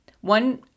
One